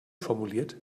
formuliert